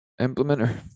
implementer